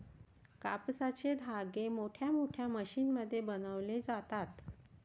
कापसाचे धागे मोठमोठ्या मशीनमध्ये बनवले जातात